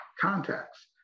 contacts